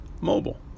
mobile